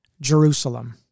Jerusalem